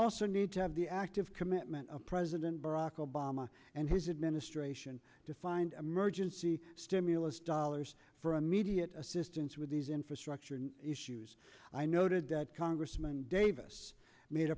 also need to have the active commitment of president barack obama and his administration to find emergency stimulus dollars for immediate assistance with these infrastructure issues i noted that congressman davis made a